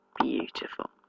beautiful